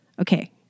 Okay